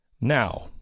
Now